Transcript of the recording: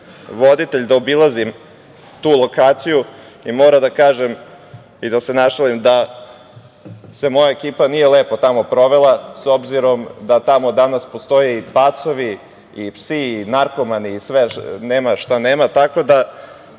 da obilazim tu lokaciju i moram da kažem da se našalim, da se moja ekipa nije tamo lepo provela, s obzirom da danas tamo postoje i pacovi i psi i narkomani i nema šta nema.